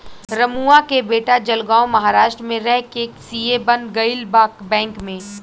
रमुआ के बेटा जलगांव महाराष्ट्र में रह के सी.ए बन गईल बा बैंक में